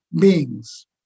beings